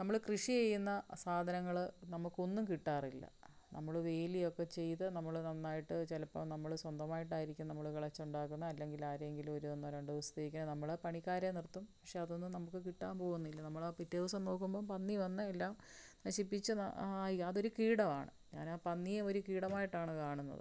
നമ്മള് കൃഷി ചെയ്യുന്ന സാധനങ്ങള് നമുക്കൊന്നും കിട്ടാറില്ല നമ്മള് വേലിയൊക്കെ ചെയ്തു നമ്മള് നന്നായിട്ടു ചിലപ്പോള് നമ്മള് സ്വന്തമായിട്ടായിരിക്കും നമ്മള് കിളച്ചുണ്ടാക്കുന്നത് അല്ലെങ്കിൽ ആരെയങ്കിലുംഒന്നോ രണ്ട് ദിവസത്തേക്കു നമ്മള് പണിക്കാരെ നിർത്തും പക്ഷെ അതൊന്നും നമുക്കു കിട്ടാൻ പോകുന്നില്ല നമ്മളാ പിറ്റേ ദിവസം നോക്കുമ്പോള് പന്നി വന്ന് എല്ലാം നശിപ്പിച്ച് ആയി അതൊരു കീടമാണ് ഞാനാ പന്നിയെ ഒരു കീടമായിട്ടാണു കാണുന്നത്